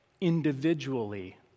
individually